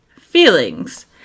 feelings